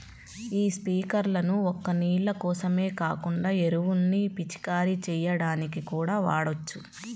యీ స్పింకర్లను ఒక్క నీళ్ళ కోసమే కాకుండా ఎరువుల్ని పిచికారీ చెయ్యడానికి కూడా వాడొచ్చు